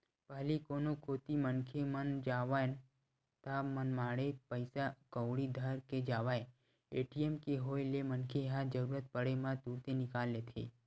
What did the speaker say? पहिली कोनो कोती मनखे मन जावय ता मनमाड़े पइसा कउड़ी धर के जावय ए.टी.एम के होय ले मनखे ह जरुरत पड़े म तुरते निकाल लेथे